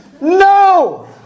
no